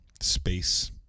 space